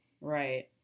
Right